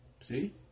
See